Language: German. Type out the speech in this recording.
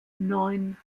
neun